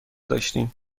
داشتیم